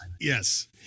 yes